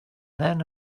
then